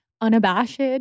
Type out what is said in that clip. unabashed